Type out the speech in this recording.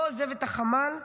לא עוזבת את החמ"ל,